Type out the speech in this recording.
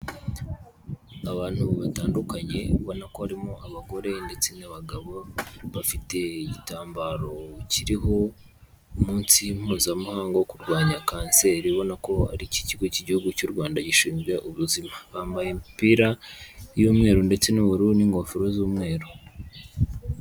Abantu batandukanye barimo abagore ndetse n'abagabo bafite igitambaro kiriho umunsi mpuzamahanga wo kurwanya kanseri ibona ko ari ikigo cy'igihugu cy'u rwanda gishinzwe ubuzima bambaye imipira y'umweru ndetse n'uburu n'ingofero z'umweru.